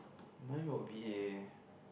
mine will be eh